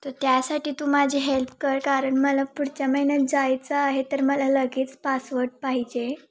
तर त्यासाठी तू माझी हेल्प कर कारण मला पुढच्या महिन्यात जायचं आहे तर मला लगेच पासवर्ड पाहिजे